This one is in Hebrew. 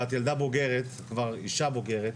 ואת כבר אישה בוגרת,